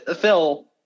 Phil